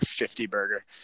50-burger